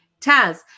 taz